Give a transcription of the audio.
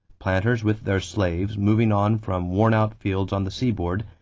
planters with their slaves moving on from worn-out fields on the seaboard,